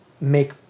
make